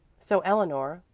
so eleanor,